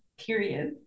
period